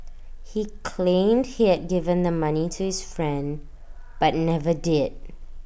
he claimed he had given the money to his friend but never did